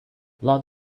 love